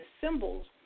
symbols